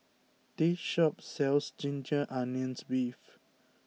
this shop sells Ginger Onions Beef